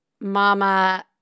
mama